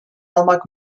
almak